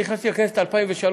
אני נכנסתי לכנסת ב-2003.